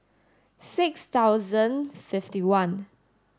six thousand fifty one